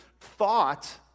thought